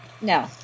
No